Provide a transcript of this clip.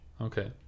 Okay